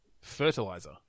Fertilizer